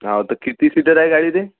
हो तर किती सीटर आहे गाडी ती